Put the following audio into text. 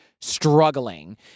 struggling